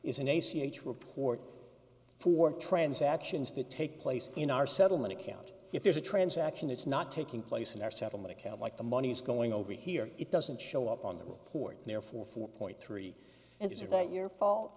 isn't a c h report for transactions to take place in our settlement account if there's a transaction it's not taking place in our settlement account like the money's going over here it doesn't show up on the report and therefore four point three and is that your fault